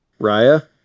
raya